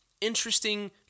interesting